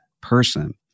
person